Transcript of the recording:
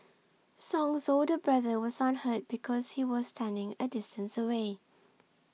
song's older brother was unhurt because he was standing a distance away